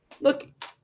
look –